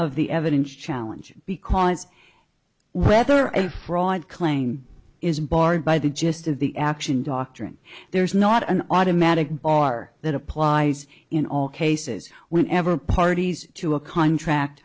of the evidence challenge because whether a fraud claim is barred by the gist of the action doctrine there is not an automatic bar that applies in all cases when ever parties to a contract